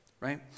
right